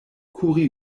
kuri